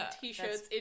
t-shirts